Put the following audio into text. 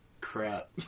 crap